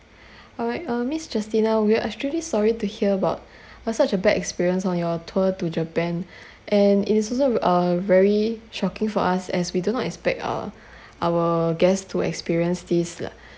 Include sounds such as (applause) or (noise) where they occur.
(breath) all right uh miss justina we are extremely sorry to hear about (breath) uh such a bad experience on your tour to japan (breath) and it is also uh very shocking for us as we do not expect uh our guest to experience this lah